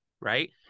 Right